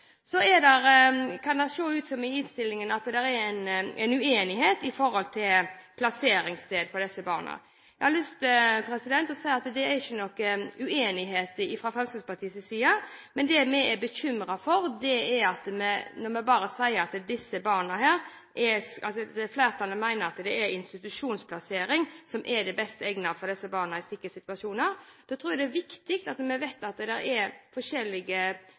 i innstillingen se ut som om det er en uenighet når det gjelder plasseringssted for disse barna. Jeg har lyst til å si at det ikke er noe uenighet fra Fremskrittspartiets side, men jeg er bekymret når flertallet mener at det er institusjonsplassering som er det som er best egnet for disse barna i slike situasjoner. Jeg tror det er viktig at vi vet at det er forskjellige